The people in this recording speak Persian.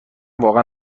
واقعا